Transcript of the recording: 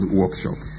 workshop